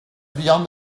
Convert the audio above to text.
beyond